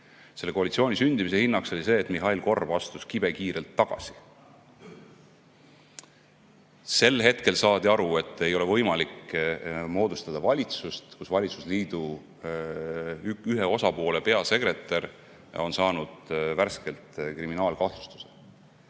Selle koalitsiooni sündimise hinnaks oli see, et Mihhail Korb astus kibekiirelt tagasi. Sel hetkel saadi aru, et ei ole võimalik moodustada valitsust, kus valitsusliidu ühe osapoole peasekretär on saanud värskelt kriminaalkahtlustuse.